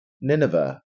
Nineveh